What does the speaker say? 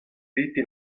riti